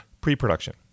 Pre-production